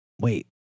wait